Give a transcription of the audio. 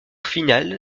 final